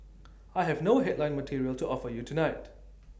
I have no headline material to offer you tonight